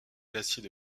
glacier